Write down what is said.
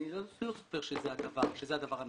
אני לא סבור שזה הדבר הנכון.